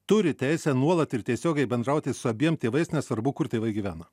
turi teisę nuolat ir tiesiogiai bendrauti su abiem tėvais nesvarbu kur tėvai gyvena